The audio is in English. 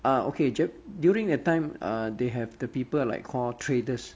ah okay during that time uh they have the people like core traders